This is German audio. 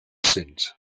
sind